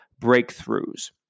breakthroughs